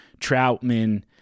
Troutman